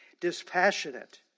dispassionate